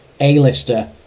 A-lister